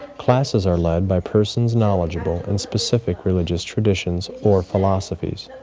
classes are led by persons knowledgeable in specific religious traditions or philosophies.